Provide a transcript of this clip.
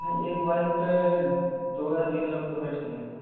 एक बाइक पर दो या तीन लोग तो बैठेंगे न